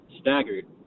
staggered